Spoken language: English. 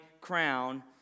crown